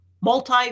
Multi